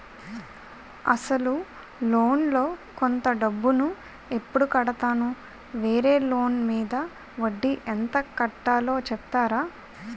అసలు లోన్ లో కొంత డబ్బు ను ఎప్పుడు కడతాను? వేరే లోన్ మీద వడ్డీ ఎంత కట్తలో చెప్తారా?